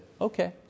okay